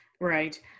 Right